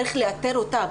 צריך לאתר אותן.